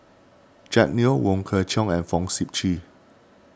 Jack Neo Wong Kwei Cheong and Fong Sip Chee